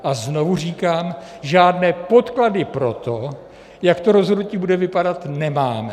A znovu říkám, žádné podklady pro to, jak to rozhodnutí bude vypadat, nemáme.